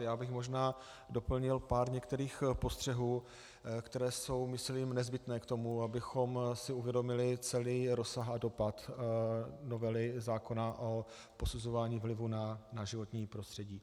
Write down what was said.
Já bych možná doplnil pár některých postřehů, které jsou myslím nezbytné k tomu, abychom si uvědomili celý rozsah a dopad novely zákona o posuzování vlivu na životní prostředí.